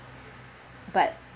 but